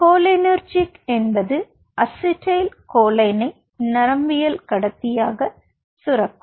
cholinergic என்பது அசிடைல்கோலைனை நரம்பியக்கடத்திகளாக சுரக்கும்